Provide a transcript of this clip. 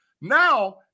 Now